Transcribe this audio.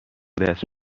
دست